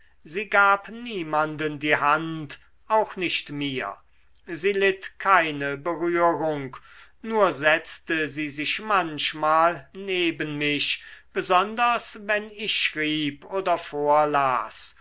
sie gab niemanden die hand auch nicht mir sie litt keine berührung nur setzte sie sich manchmal neben mich besonders wenn ich schrieb oder vorlas